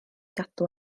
gadw